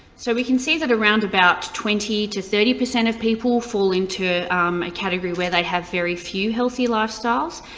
so we can see that around about twenty to thirty percent of people fall into a category where they have very few healthy lifestyles.